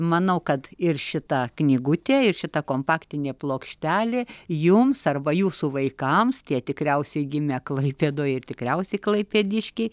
manau kad ir šita knygutė ir šita kompaktinė plokštelė jums arba jūsų vaikams tie tikriausiai gimę klaipėdoj ir tikriausiai klaipėdiškiai